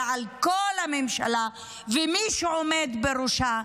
אלא על כל הממשלה ועל מי שעומד בראשה,